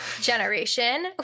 Generation